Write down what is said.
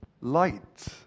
light